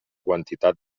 quantitat